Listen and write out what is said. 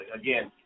again